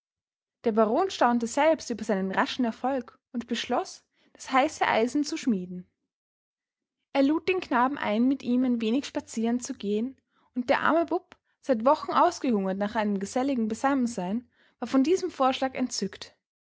der baron staunte selbst über seinen raschen erfolg und beschloß das heiße eisen zu schmieden er lud den knaben ein mit ihm ein wenig spazieren zu gehen und der arme bub seit wochen ausgehungert nach einem geselligen beisammensein war von diesem vorschlag entzückt